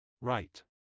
Right